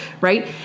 right